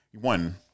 one